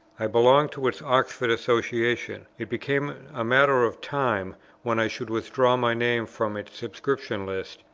i belonged to its oxford association it became a matter of time when i should withdraw my name from its subscription-list,